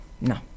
No